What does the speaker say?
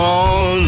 on